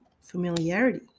familiarity